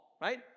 right